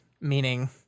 meaning